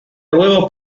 luego